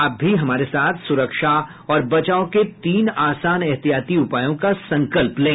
आप भी हमारे साथ सुरक्षा और बचाव के तीन आसान एहतियाती उपायों का संकल्प लें